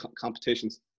competitions